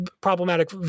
problematic